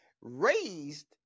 raised